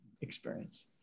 experience